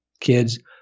kids